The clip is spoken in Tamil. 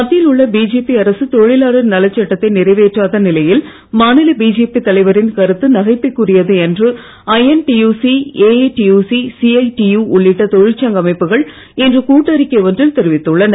மத்தியில் உள்ள பிஜேபி அரசு தொழிலாளர் நலச்சட்டத்தை நிறைவேற்றாத நிலையில் மாநில பிஜேபி தலைவரின் கருத்து நகைப்பிற்குரியது என்று ஐஎன்டியூசி ஏஐடியூசி சிஐடியூ உள்ளிட்ட தொழிற்சங்க அமைப்புகள் இன்று கூட்டறிக்கை ஒன்றில் தெரிவித்துள்ளன